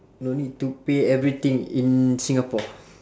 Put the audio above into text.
no need to pay everything in singapore